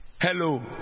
Hello